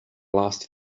last